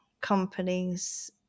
companies